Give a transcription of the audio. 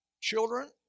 Children